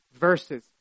verses